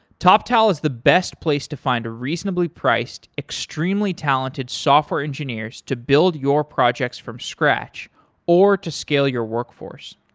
toptal is the best place to find reasonably priced, extremely talented software engineers to build your projects from scratch or to skill your workforce.